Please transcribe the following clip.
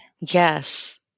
Yes